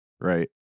right